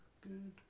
Good